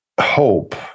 hope